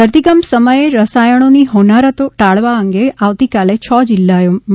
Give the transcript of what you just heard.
ધરતીકંપ સમયે રસાયણોની હોનારતો ટાળવા અંગે આવતીકાલે છ જિલ્લાઓમાં